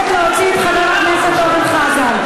אני מבקשת להוציא את חבר הכנסת אורן חזן.